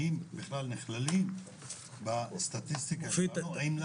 האם הם בכלל נכללים בסטטיסטיקה והאם יש